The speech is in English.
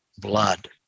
blood